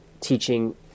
teaching